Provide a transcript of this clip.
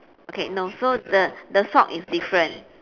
okay no so the the sock is different